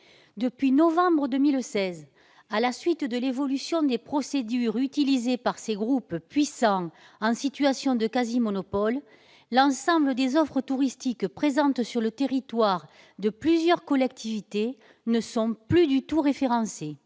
Depuis novembre 2016, à la suite de l'évolution des procédures utilisées par ces groupes puissants en situation de quasi-monopole, l'ensemble des offres touristiques présentes sur le territoire de plusieurs collectivités ne sont plus du tout référencées.